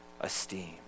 esteem